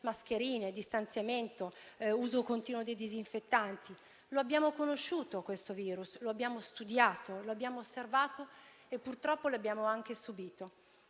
mascherine, distanziamento e uso continuo dei disinfettanti. Abbiamo conosciuto questo *virus*, lo abbiamo studiato, l'abbiamo osservato e, purtroppo, lo abbiamo anche subito.